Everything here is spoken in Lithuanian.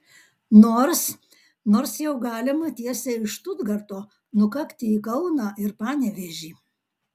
nors nors jau galima tiesiai iš štutgarto nukakti į kauną ir panevėžį